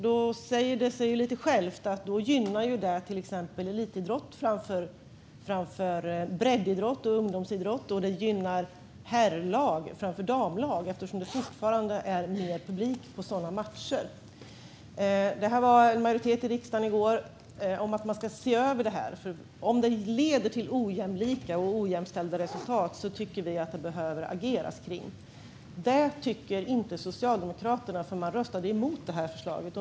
Det säger sig självt att detta gynnar till exempel elitidrott framför breddidrott och ungdomsidrott, och det gynnar herrlag framför damlag eftersom det fortfarande är mer publik på sådana matcher. I går fanns det majoritet i riksdagen för att se över detta. Om detta leder till ojämlika och ojämställda resultat tycker vi att man behöver agera. Men det tycker inte Socialdemokraterna, som röstade emot förslaget.